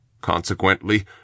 Consequently